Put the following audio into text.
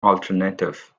alternative